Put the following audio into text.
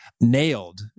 nailed